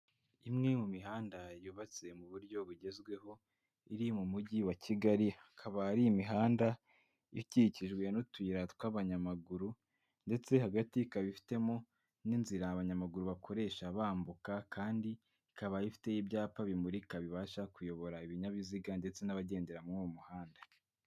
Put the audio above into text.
Imwe mu mihanda yubatse mu buryo bugezweho iri mu Mujyi wa Kigali, akaba ari imihanda ikikijwe n'utuyira tw'abanyamaguru ndetse hagati ikaba ifitemo n'inzira abanyamaguru bakoresha bambuka kandi ikaba ifite ibyapa bimurika bibasha kuyobora ibinyabiziga ndetse n'abagendera muri uwo muhanda.